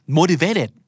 Motivated